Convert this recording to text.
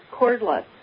cordless